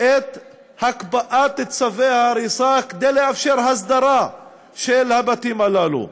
את הקפאת צווי ההריסה כדי לאפשר הסדרה של הבתים הללו.